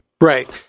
Right